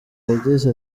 yagize